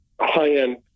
high-end